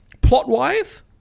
plot-wise